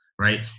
Right